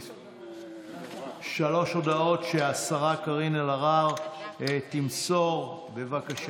שלוש הודעות שהשרה קארין אלהרר תמסור, בבקשה,